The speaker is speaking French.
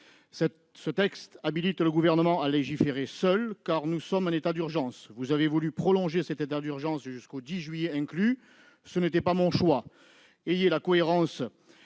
Ce texte tend à habiliter le Gouvernement à légiférer seul, car nous sommes en état d'urgence. Vous avez voulu prolonger cet état d'urgence jusqu'au 10 juillet inclus ; ce n'était pas mon choix. Ayez la cohérence